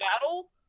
battle